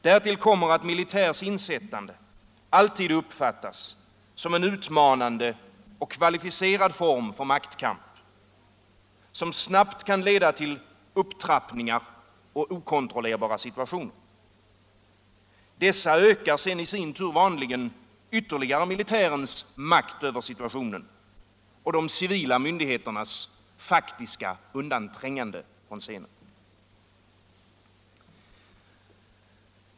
Därtill kommer att militärs in 33 sättande alltid uppfattas som en utmanande och kvalificerad form för maktkamp, som snabbt kan leda till upptrappningar och okontrollerbara situationer. Dessa ökar vanligtvis ytterligare militärens makt över situationen och de civila myndigheternas faktiska undanträngande från scenen.